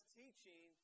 teaching